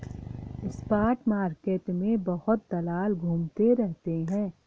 spot market में बहुत दलाल घूमते रहते हैं